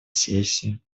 сессии